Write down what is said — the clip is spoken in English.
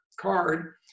card